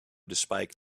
despite